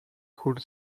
could